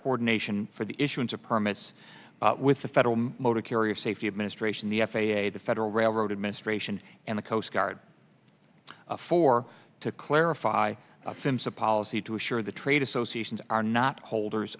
coordination for the issuance of permits with the federal motor carrier safety administration the f a a the federal railroad administration and the coast guard for to clarify fims a policy to assure the trade associations are not holders